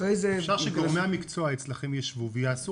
אחרי זה --- אפשר שגורמי המקצוע אצלכם יישבו ויעשו